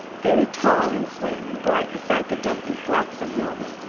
very tall and slim and bright beside the dumpy, flaxen hilma.